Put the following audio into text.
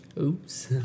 Oops